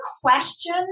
question